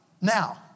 now